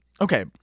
okay